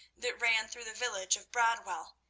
that ran through the village of bradwell,